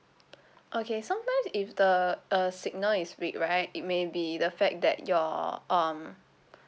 okay sometimes if the uh signal is weak right it may be the fact that your um